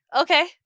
Okay